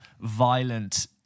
violent